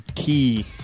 Key